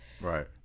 Right